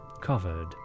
covered